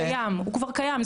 הוא כבר קיים,